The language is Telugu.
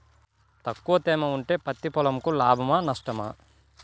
తక్కువ తేమ ఉంటే పత్తి పొలంకు లాభమా? నష్టమా?